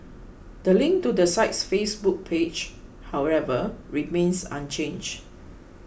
the link to the site's Facebook page however remains unchanged